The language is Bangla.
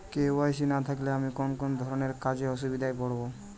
কে.ওয়াই.সি না থাকলে আমি কোন কোন ধরনের কাজে অসুবিধায় পড়ব?